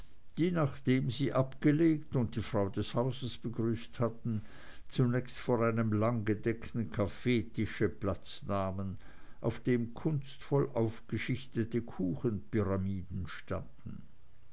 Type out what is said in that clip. die nachdem sie abgelegt und die frau des hauses begrüßt hatten zunächst vor einem langgedeckten kaffeetisch platz nahmen auf dem kunstvoll aufgeschichtete